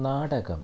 നാടകം